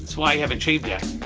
why i haven't shaved yet.